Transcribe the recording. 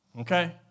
Okay